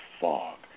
fog